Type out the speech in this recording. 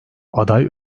aday